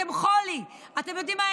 אתם חולי, אתם יודעים מה?